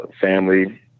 Family